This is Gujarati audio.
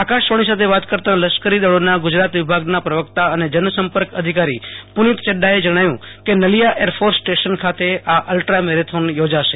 આકાશવાણો સાથે વાત કરતાં લશ્કરી દળોના ગુજરાત વિભાગના પ્રવકતા અને જનસપર્ક અધિકારી પુનિત ચડડાએ જણાવ્યું હત કે નલિયા એરફોર્સ સ્ટેશન ખાતે આ અલ્ટ્રા મેરેથોન યોજાશે